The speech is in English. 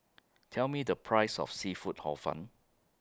Tell Me The Price of Seafood Hor Fun